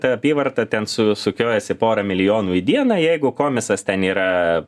ta apyvarta ten su sukiojasi porą milijonų į dieną jeigu komisas ten yra